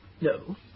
No